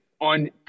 On